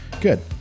good